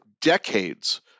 decades